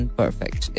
perfect